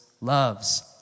loves